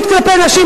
האחיינית שלו,